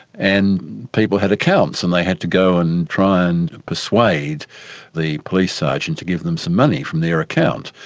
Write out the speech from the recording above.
and people had accounts, and they had to go and try and persuade the police sergeant to give them some money from their account.